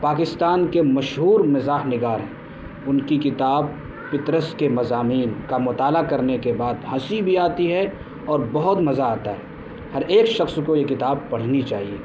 پاکستان کے مشہور مزاح نگار ہیں ان کتاب پطرس کے مضامین کا مطالعہ کرنے کے بعد ہنسی بھی آتی ہے اور بہت مزہ آتا ہے ہر ایک شخص کو یہ کتاب پڑھنی چاہیے